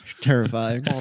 Terrifying